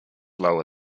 lower